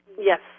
Yes